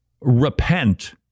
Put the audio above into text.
repent